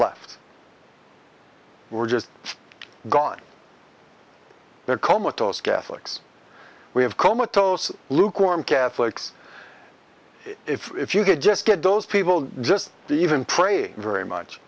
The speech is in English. left were just gone they're comatose catholics we have comatose lukewarm catholics if you could just get those people just to even pray very much